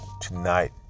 tonight